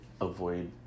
avoid